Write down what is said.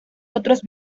otros